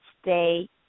stay